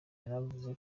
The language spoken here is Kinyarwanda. yanavuze